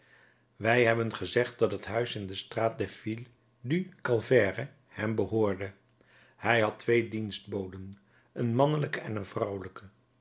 wij hebben gezegd dat het huis in de straat des filles du calvaire hem behoorde hij had twee dienstboden een mannelijke en een vrouwelijke